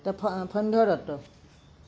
Phanidhar Dutta